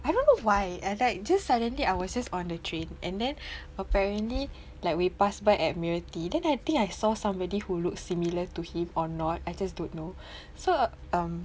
I don't know why I like just suddenly I was just on the train and then apparently like we pass by Admiralty then I think I saw somebody who looks similar to him or not I just don't know so um